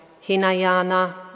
Hinayana